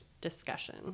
discussion